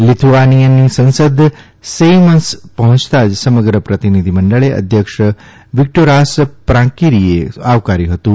લીથુઆનિયાની સંસદ સેઇમસ પહોંચતાં જ સમગ્ર પ્રતિનિધિમંડળે અધ્યક્ષ વિકટોરાસ પ્રાંકીરીએ આવકાર્યું હતું